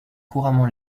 couramment